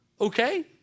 Okay